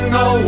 no